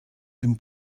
dem